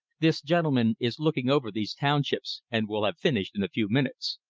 this gentleman is looking over these townships, and will have finished in a few minutes.